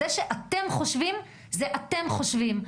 זה שאתם חושבים זה אתם חושבים.